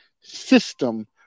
system